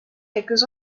quelques